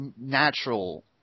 natural